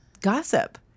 gossip